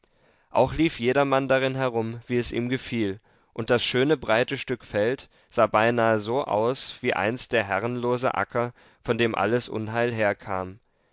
auch lief jedermann darin herum wie es ihm gefiel und das schöne breite stück feld sah beinahe so aus wie einst der herrenlose acker von dem alles unheil herkam